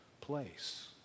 place